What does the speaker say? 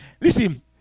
Listen